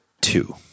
two